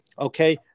Okay